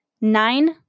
nine